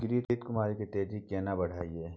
घृत कुमारी के तेजी से केना बढईये?